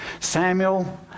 Samuel